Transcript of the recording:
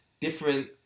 different